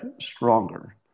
stronger